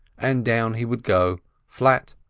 and down he would go flat,